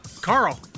Carl